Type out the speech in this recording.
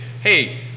hey